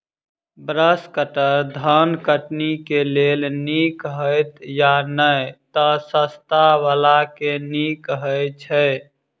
Brush cutter धान कटनी केँ लेल नीक हएत या नै तऽ सस्ता वला केँ नीक हय छै?